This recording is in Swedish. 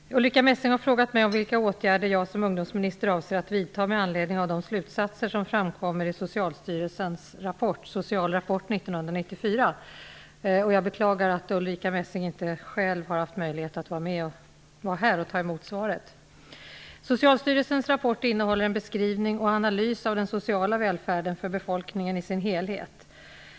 Fru talman! Ulrica Messing har frågat mig om vilka åtgärder jag som ungdomsminister avser att vidta med anledning av de slutsatser som framkommer i Jag beklagar att Ulrica Messing inte själv har möjlighet att ta emot svaret. Socialstyrelsens rapport innehåller en beskrivning och analys av den sociala välfärden för befolkningen i sin helhet.